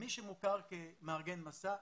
מי שמוכר כמארגן מסע,